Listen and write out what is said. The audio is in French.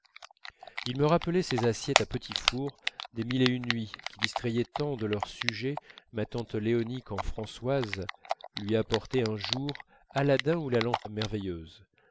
ils me rappelaient ces assiettes à petits fours des mille et une nuits qui distrayaient tant de leurs sujets ma tante léonie quand françoise lui apportait un jour aladin ou la lampe merveilleuse